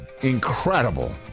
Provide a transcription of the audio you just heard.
incredible